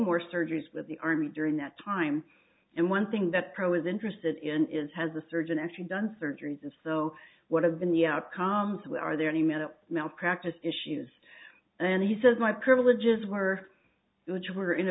more surgeries with the army during that time and one thing that pro is interested in is has a surgeon actually done surgeries and so what have been the outcomes are there any minute malpractise issues then he says my privileges were which were in